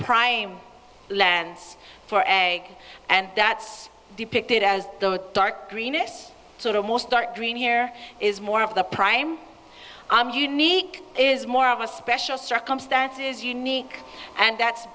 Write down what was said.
prying lands for egg and that's depicted as the dark green it's sort of more stark green here is more of the prime i'm unique is more of a special circumstances unique and that's